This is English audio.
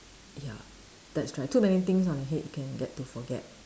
ya that's right too many things on your head you can get to forget